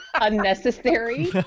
unnecessary